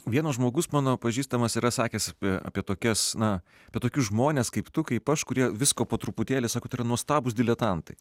vienas žmogus mano pažįstamas yra sakęs apie apie tokias na apie tokius žmones kaip tu kaip aš kurie visko po truputėlį sako tai yra nuostabūs diletantai